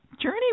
Journey